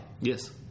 Yes